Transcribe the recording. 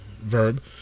verb